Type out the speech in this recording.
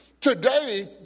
Today